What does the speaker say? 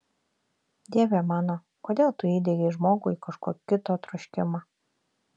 dieve mano kodėl tu įdiegei žmogui kažko kito troškimą